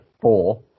four